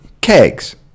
kegs